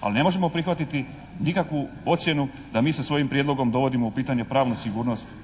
Ali ne možemo prihvatiti nikakvu ocjenu da mi sa svojim prijedlogom dovodimo u pitanje pravnu sigurnost